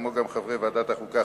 כמו גם חברי ועדת החוקה,